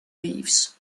leaves